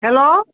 hello